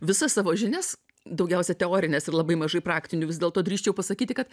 visas savo žinias daugiausia teorines ir labai mažai praktinių vis dėlto drįsčiau pasakyti kad